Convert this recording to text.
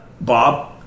Bob